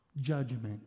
Judgment